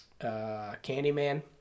Candyman